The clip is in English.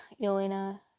Yelena